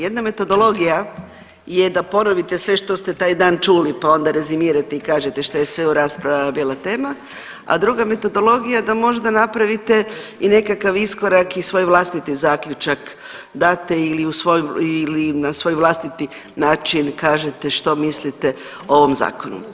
Jedna metodologija je da ponovite sve što ste taj dan čuli pa onda rezimirate i kažete šta je sve u raspravama bila tema, a druga metodologija da možda napravite i nekakav iskorak i svoj vlastiti zaključak date ili u svojim ili na svoj vlastiti način kažete što mislite o ovom zakonu.